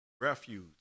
refuge